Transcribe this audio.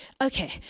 okay